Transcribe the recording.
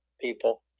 people